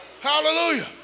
Hallelujah